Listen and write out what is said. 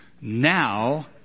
now